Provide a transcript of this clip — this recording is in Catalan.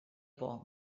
por